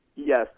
Yes